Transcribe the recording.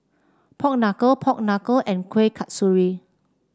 Pork Knuckle Pork Knuckle and Kuih Kasturi